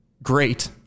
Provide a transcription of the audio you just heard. Great